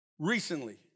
recently